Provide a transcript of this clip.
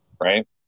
right